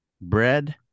Bread